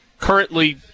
Currently